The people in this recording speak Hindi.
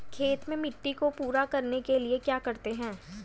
खेत में मिट्टी को पूरा करने के लिए क्या करते हैं?